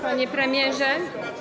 Panie Premierze!